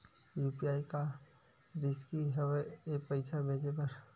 UPI का रिसकी हंव ए पईसा भेजे बर?